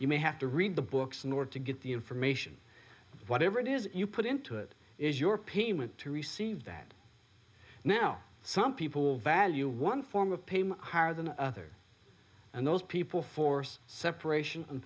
you may have to read the books in order to get the information whatever it is you put into it is your payment to receive that now some people value one form of payment higher than others and those people force separation